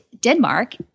Denmark